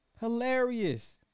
Hilarious